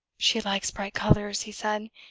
she likes bright colors, he said,